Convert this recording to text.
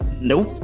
Nope